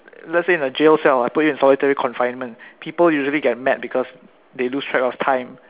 let's say in a jail cell I put you in a solitary confinement people usually get mad because they lose track of time